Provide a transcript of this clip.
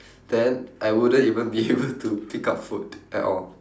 then I wouldn't even be able to pick up food at all